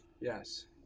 Yes